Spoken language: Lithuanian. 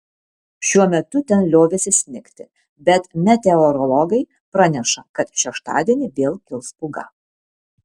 šiuo metu ten liovėsi snigti bet meteorologai praneša kad šeštadienį vėl kils pūga